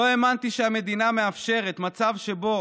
לא האמנתי שהמדינה מאפשרת מצב שבו